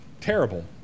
terrible